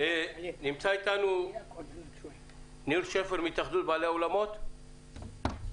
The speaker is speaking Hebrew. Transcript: ניר שפר, בבקשה.